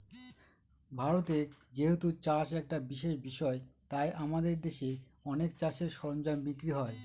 ভারতে যেহেতু চাষ একটা বিশেষ বিষয় তাই আমাদের দেশে অনেক চাষের সরঞ্জাম বিক্রি হয়